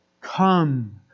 come